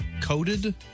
coated